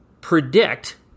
predict